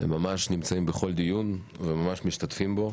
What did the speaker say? הם ממש נמצאים בכל דיון וממש משתתפים בו.